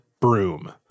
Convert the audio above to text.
broom